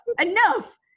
enough